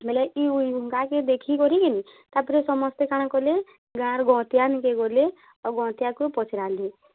ବେଲେ ଇ ଉଇହୁଙ୍କାକେ ଦେଖିକରି ତା' ପରେ ସମସ୍ତେ କାଣା କଲେ ଗାଁର ଗଅଁତିଆକେ ଗଲେ ଆଉ ଗଅଁତିଆକୁ ପଚ୍ରାଲେ